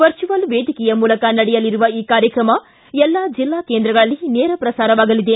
virtual ವೇದಿಕೆಯ ಮೂಲಕ ನಡೆಯಲಿರುವ ಈ ಕಾರ್ಯಕ್ರಮ ಎಲ್ಲಾ ಜಿಲ್ಲಾ ಕೇಂದ್ರಗಳಲ್ಲಿ ನೇರ ಪ್ರಸಾರವಾಗಲಿದೆ